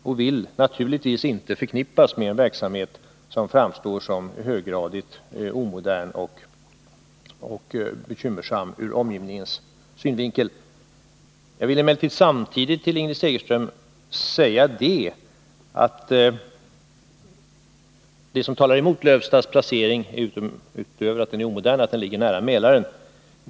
SAKAB vill därför naturligtvis inte förknippas med en verksamhet som framstår som omodern och bekymmersam ur omgivningens synvinkel. Det som talar emot placeringen i Lövsta utöver att anläggningen där är omodern är att den ligger nära Mälaren.